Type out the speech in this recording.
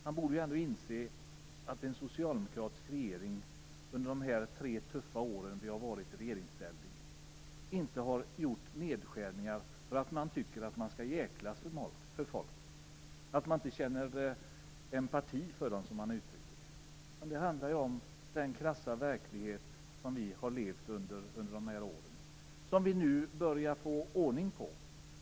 Han borde ju ändå inse att en socialdemokratisk regering under de tre tuffa år då vi varit i regeringsställning inte har gjort nedskärningar för att man vill jäklas med folk eller på grund av att man inte känner empati för människor, som han uttryckte det. Men det handlar ju om den krassa verklighet som vi har levt i under de här åren och som vi nu börjar få ordning på.